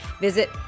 Visit